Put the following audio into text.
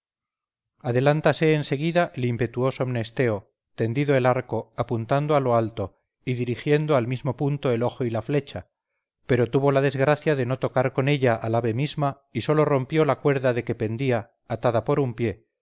en seguida el impetuoso mnesteo tendido el arco apuntando a lo alto y dirigiendo al mismo punto el ojo y la flecha pero tuvo la desgracia de no tocar con ella al ave misma y sólo rompió la cuerda de que pendía atada por un pie